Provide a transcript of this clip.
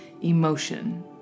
emotion